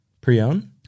pre-owned